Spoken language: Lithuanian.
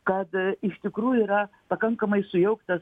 kad iš tikrųjų yra pakankamai sujauktas